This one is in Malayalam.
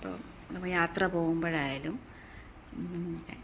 ഇപ്പം നമ്മൾ യാത്ര പോകുമ്പോഴായാലും ന്നെ